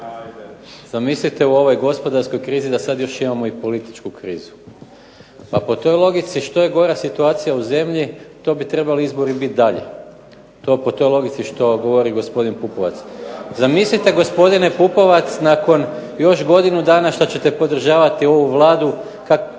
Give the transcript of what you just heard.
zamislite u ovoj gospodarskoj krizi da sad još imamo i političku krizu. Pa po toj logici što je gora situacija u zemlji, to bi trebali izbori biti dalje. To po toj logici što govori gospodin Pupovac. Zamislite gospodine Pupovac, nakon još godinu dana šta ćete podržavati ovu Vladu,